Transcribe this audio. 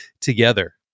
together